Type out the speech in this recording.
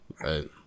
Right